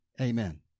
Amen